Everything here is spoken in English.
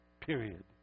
Period